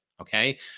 okay